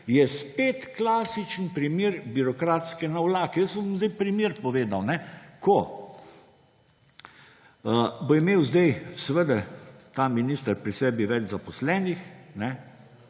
je spet klasičen primer birokratske navlake. Jaz vam bom zdaj primer povedal. Ko bo imel zdaj, seveda, ta minister pri sebi več zaposlenih,